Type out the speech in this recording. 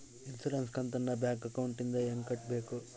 Insurance ಕಂತನ್ನ bank ಅಕೌಂಟಿಂದ ಹೆಂಗ ಕಟ್ಟಬೇಕು?